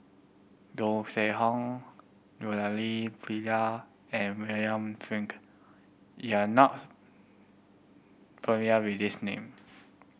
Goh Seng Hong Murali Pillai and William Flint you are not familiar with these name